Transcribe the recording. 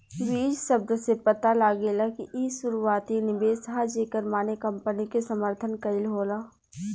बीज शब्द से पता लागेला कि इ शुरुआती निवेश ह जेकर माने कंपनी के समर्थन कईल होला